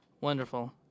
Wonderful